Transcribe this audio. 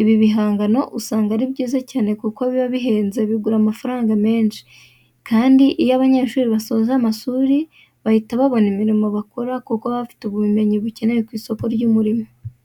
Ibi bigangano usanga ari byiza cyane kuko biba bihenze bigura amafaranga menshi. Ikindi iyo aba banyeshuri basoje amashuri bahita babona imirimo bakora kuko baba bafite ubumenyi bukenewe ku isoko ry'umurimo.